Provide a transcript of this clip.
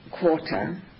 quarter